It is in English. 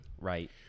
Right